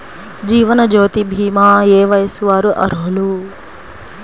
జీవనజ్యోతి భీమా ఏ వయస్సు వారు అర్హులు?